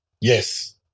Yes